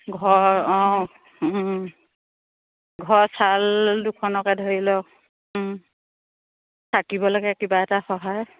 ঘৰ অঁ ঘৰৰ চাল দুখনকে ধৰি লওক থাকিবলৈ লাগে কিবা এটা সহায়